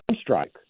strike